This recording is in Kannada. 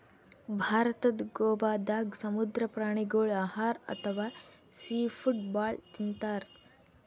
ಭಾರತದ್ ಗೋವಾದಾಗ್ ಸಮುದ್ರ ಪ್ರಾಣಿಗೋಳ್ ಆಹಾರ್ ಅಥವಾ ಸೀ ಫುಡ್ ಭಾಳ್ ತಿಂತಾರ್